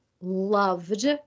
loved